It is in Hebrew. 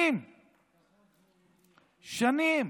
כבר שנים